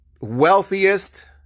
wealthiest